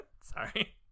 Sorry